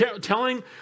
telling